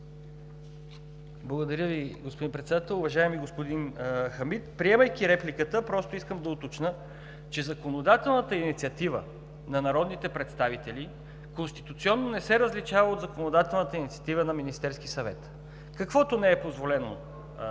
Благодаря Ви, господин Председател. Уважаеми господин Хамид, приемайки репликата, просто искам да уточня, че законодателната инициатива на народните представители конституционно не се различава от законодателната инициатива на Министерския съвет – каквото не е позволено